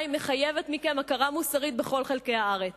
מחייבת מכם הכרה מוסרית בכל חלקי הארץ.